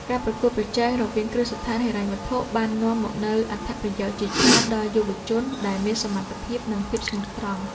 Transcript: ការប្រកួតប្រជែងរវាងគ្រឹះស្ថានហិរញ្ញវត្ថុបាននាំមកនូវអត្ថប្រយោជន៍ជាច្រើនដល់យុវជនដែលមានសមត្ថភាពនិងភាពស្មោះត្រង់។